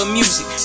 music